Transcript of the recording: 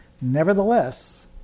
Nevertheless